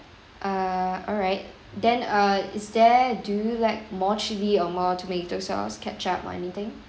uh alright then uh is there do you like more chili or more tomato sauce ketchup or anything